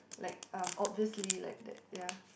like um obviously like that ya